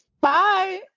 Bye